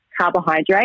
carbohydrate